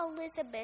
Elizabeth